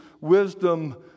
wisdom